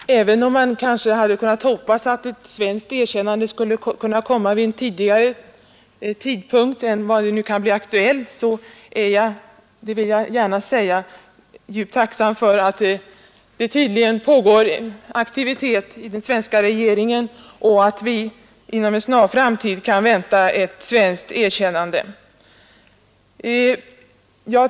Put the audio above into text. Herr talman! Även om jag kanske hade hoppats att ett svenskt erkännande skulle ha kunnat komma tidigare, är jag — det vill jag gärna säga — djupt tacksam för att det tydligen finns en aktivitet hos den svenska regeringen och för att vi inom en snar framtid kan vänta ett svenskt erkännande.